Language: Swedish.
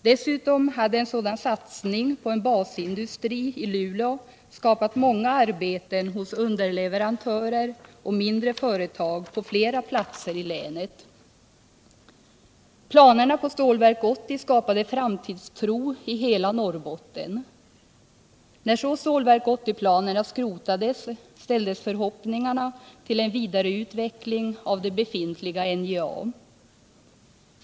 Dessutom hade en sådan satsning på en basindustri i Luleå skapat många arbeten hos underleverantörer och mindre företag på flera platser i länet. Planerna på Stålverk 80 skapade framtidstro i hela Norrbotten. När så Stålverk 80-planerna skrotades ställdes förhoppningarna på en vidare utveckling av det befintliga NJA.